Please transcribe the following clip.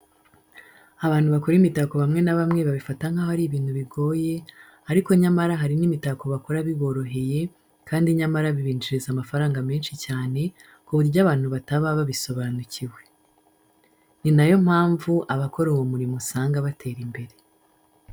Abantu bakora imitako bamwe na bamwe babifata nk'aho ari ibintu bigoye, ariko nyamara hari n'imitako bakora biboroheye kandi nyamara bibinjiriza amafaranga menshi cyane, ku buryo abantu bataba babisobanukiwe. Ni na yo mpamvu abakora uwo murimo usanga batera imbere.